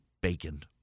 bacon